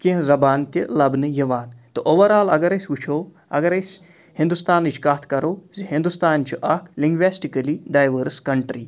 کیٚنٛہہ زبان تہِ لَبنہٕ یِوان تہٕ اوٚوَرآل اَگر أسۍ وٕچھو اَگر أسۍ ہِندُستانٕچ کَتھ کَرو زِ ہِندُستان چھِ اَکھ لِنٛگوٮ۪سٹِکٔلی ڈایوٲرٕس کَنٹرٛی